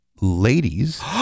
ladies